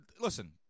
listen